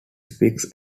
speaks